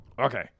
Okay